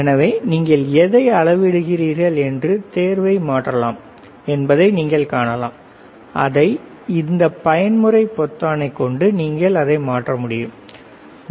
எனவே நீங்கள் எதை அளவிடுகிறார்கள் என்ற தேர்வை மாற்றலாம் என்பதை நீங்கள் காணலாம் அதை இந்த பயன்முறை பொத்தானைக் கொண்டு நீங்கள் அதை மாற்றலாம் சரி